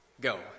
go